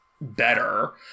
better